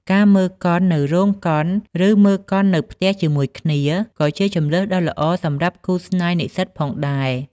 ការ មើលកុន នៅរោងកុន ឬមើលកុននៅផ្ទះជាមួយគ្នា ក៏ជាជម្រើសដ៏ល្អសម្រាប់គូស្នេហ៍និស្សិតផងដែរ។